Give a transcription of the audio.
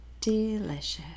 delicious